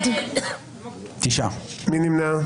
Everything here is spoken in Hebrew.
מי נמנע?